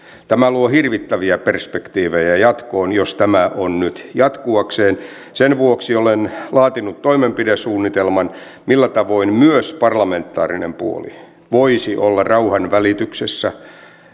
tämä luo hirvittäviä perspektiivejä jatkoon jos tämä on nyt jatkuakseen sen vuoksi olen laatinut toimenpidesuunnitelman millä tavoin myös parlamentaarinen puoli voisi olla rauhanvälityksessä